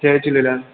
Jay Jhulelal